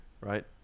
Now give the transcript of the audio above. right